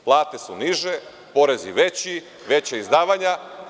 Plate su niže, porezi veći, veća izdavanja.